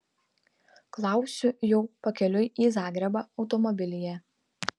klausiu jau pakeliui į zagrebą automobilyje